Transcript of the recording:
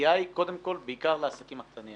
הנגיעה היא קודם כל בעיקר לעסקים הקטנים.